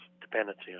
dependency